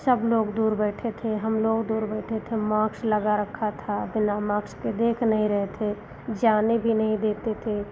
सब लोग दूर बैठे थे हम लोग दूर बैठे थे मास्क लगा रखा था बिना मास्क के देख भी नहीं रहे थे जाने भी नहीं देते थे